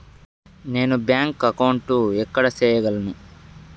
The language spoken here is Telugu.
నేను బ్యాంక్ అకౌంటు ఎక్కడ సేయగలను